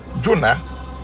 Jonah